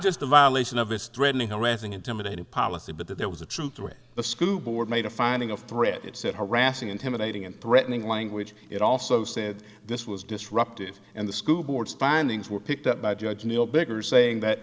just in violation of this threatening harassing intimidating policy but that there was a truth to it the school board made a finding of threat it said harassing intimidating and threatening language it also said this was disruptive and the school board's findings were picked up by judge neal biggers saying that